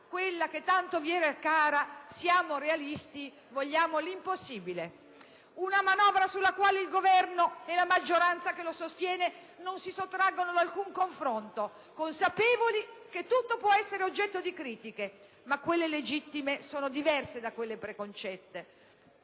quella che tanto vi era cara: «siamo realisti, vogliamo l'impossibile». È questa una manovra su cui il Governo e la maggioranza che lo sostiene non si sottraggono da alcun confronto, consapevoli che tutto può essere oggetto di critiche, ma quelle legittime sono diverse da quelle preconcette.